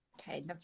Okay